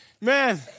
man